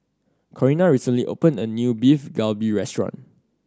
Corrina recently opened a new Beef Galbi Restaurant